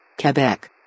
Quebec